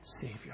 Savior